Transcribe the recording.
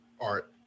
art